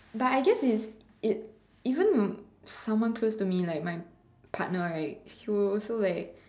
but I guess is it even someone close to me like my partner right he will also like